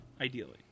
ideally